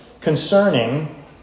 concerning